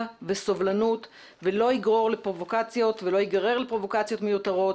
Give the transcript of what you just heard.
וסובלנות ולא ייגרר לפרובוקציות מיותרות